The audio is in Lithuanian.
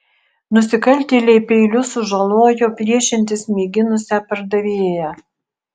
nusikaltėliai peiliu sužalojo priešintis mėginusią pardavėją